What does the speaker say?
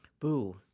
Boo